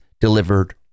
delivered